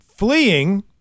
Fleeing